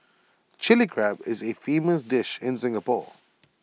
Chilli Crab is A famous dish in Singapore